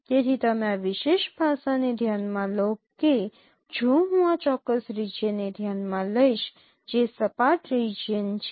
તેથી તમે આ વિશેષ પાસાને ધ્યાનમાં લો કે જો હું આ ચોક્કસ રિજિયન ને ધ્યાનમાં લઈશ જે સપાટ રિજિયન છે